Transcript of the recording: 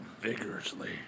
Vigorously